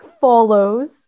follows